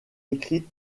écrite